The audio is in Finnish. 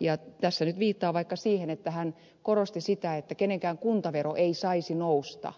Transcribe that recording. ja tässä nyt viittaan vaikka siihen että hän korosti sitä että kenenkään kuntavero ei saisi nousta